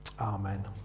Amen